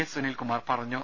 S Sunilkumar പറഞ്ഞു